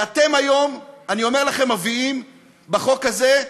ואתם היום, אני אומר לכם, מביאים בחוק הזה,